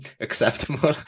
acceptable